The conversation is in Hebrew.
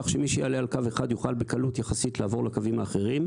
כך שמי שיעלה על קו אחד יוכל בקלות יחסית לעבור לקווים האחרים,